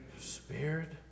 Spirit